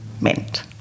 meant